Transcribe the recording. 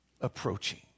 approaching